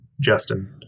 Justin